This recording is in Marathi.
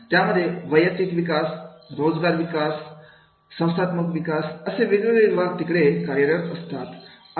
त्यामध्ये वैयक्तिक विकास रोजगार विकास संस्थात्मक विकास असे वेगवेगळे विभाग तिकडे कार्यरत असतात